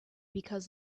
because